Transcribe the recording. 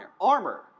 armor